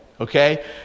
okay